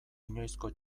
inoizko